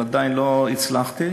אבל עדיין לא הצלחתי,